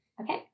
Okay